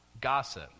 gossip